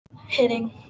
hitting